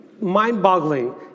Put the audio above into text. mind-boggling